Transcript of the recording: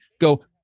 go